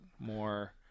More